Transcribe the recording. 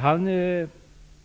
Han